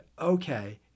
okay